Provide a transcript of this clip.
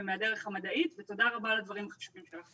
אני חושבת שאנחנו קצת מאבדים את המומנטום